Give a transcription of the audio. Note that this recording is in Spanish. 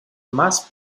más